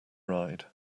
ride